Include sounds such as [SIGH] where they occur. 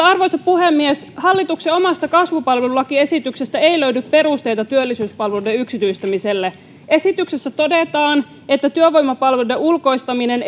[UNINTELLIGIBLE] arvoisa puhemies hallituksen omasta kasvupalvelulakiesityksestä ei löydy perusteita työllisyyspalveluiden yksityistämiselle esityksessä todetaan että työvoimapalveluiden ulkoistaminen [UNINTELLIGIBLE]